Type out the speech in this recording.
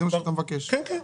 ודאי,